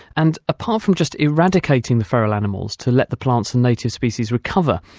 and apart from just eradicating the feral animals to let the plants and native species recover,